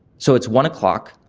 so it's one o'clock,